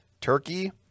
turkey